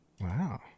Wow